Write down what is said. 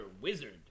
Wizard